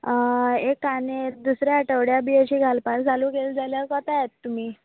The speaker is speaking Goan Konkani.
एक आनी एक दुसऱ्या आठवड्या बीन अशी घालपा चालू केली जाल्यार कोत्या येता तुमी